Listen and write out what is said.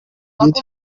get